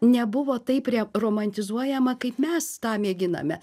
nebuvo taip re romantizuojama kaip mes tą mėginame